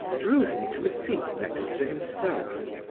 drew him to a seat next to himself.